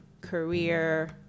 career